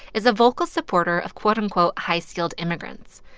is a vocal supporter of, quote, unquote, high-skilled immigrants.